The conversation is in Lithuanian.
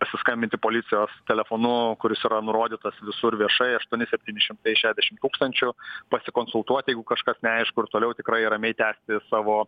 pasiskambinti policijos telefonu kuris yra nurodytas visur viešai aštuoni septyni šimtai šešiasdešim tūkstančių pasikonsultuot jeigu kažkas neaišku ir toliau tikrai ramiai tęsti savo